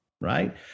right